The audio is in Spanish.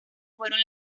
fueron